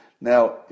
Now